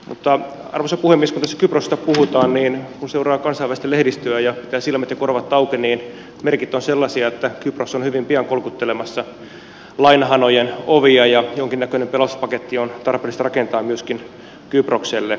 mutta arvoisa puhemies kun tässä kyproksesta puhutaan ja kun seuraa kansainvälistä lehdistöä ja pitää silmät ja korvat auki niin merkit ovat sellaisia että kypros on hyvin pian kolkuttelemassa lainahanojen ovia ja jonkinnäköinen pelastuspaketti on tarpeellista rakentaa myöskin kyprokselle